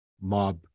mob